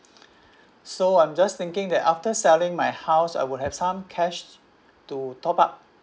so I'm just thinking that after selling my house I would have some cash to top up